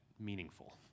meaningful